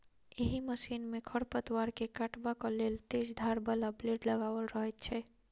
एहि मशीन मे खढ़ पतवार के काटबाक लेल तेज धार बला ब्लेड लगाओल रहैत छै